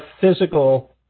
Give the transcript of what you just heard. physical